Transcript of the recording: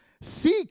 seek